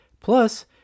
Plus